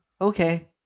Okay